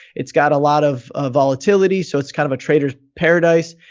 it's got a lot of volatility, so it's kind of a trader's paradise.